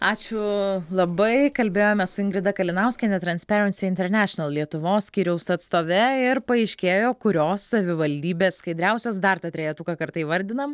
ačiū labai kalbėjome su ingrida kalinauskiene transparency international lietuvos skyriaus atstove ir paaiškėjo kurios savivaldybės skaidriausios dar tą trejetuką kartą įvardinam